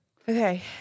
Okay